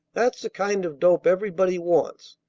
that's the kind of dope everybody wants,